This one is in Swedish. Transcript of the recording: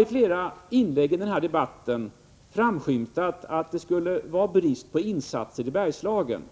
I flera inlägg i den här debatten har det framskymtat, att man anser att det skulle ha varit brist på insatser i Bergslagen.